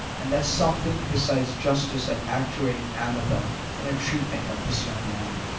and that something besides justice had actuated amabel in her treatment of this young man.